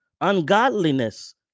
ungodliness